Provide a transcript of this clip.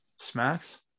smacks